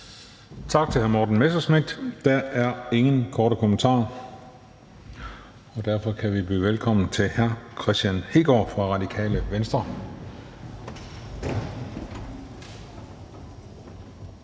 Tak til hr. Morten Messerschmidt. Der er ingen korte bemærkninger, og derfor kan vi byde velkommen til hr. Kristian Hegaard fra Radikale Venstre.